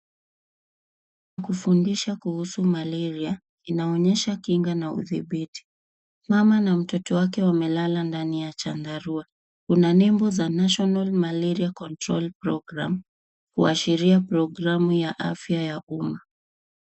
Kufundisha kuhusu malaria inaonyesha kinga na udhibiti. Mama na mtoto wake wamelala ndani ya chandarua. Kuna nembo za National Malaria Control Programme kuashiria programu ya afya ya umma.